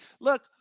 Look